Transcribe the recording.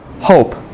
hope